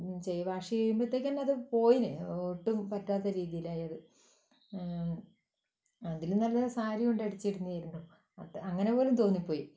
ജൈ wash ചെയ്യുമ്പോഴേക്ക് തന്നെ അത് പോയിരുന്നു ഒട്ടും പറ്റാത്ത രീതിയിലായി അത് അതിലും നല്ലത് സാരികൊണ്ട് അടിച്ചിരുന്നതായിരുന്നു അത് അങ്ങനെ പോലും തോന്നിപ്പോയി